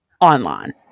online